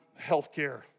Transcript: healthcare